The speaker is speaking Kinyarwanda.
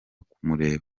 kumureba